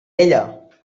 ella